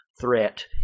threat